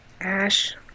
Ash